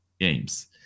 games